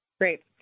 Great